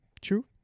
True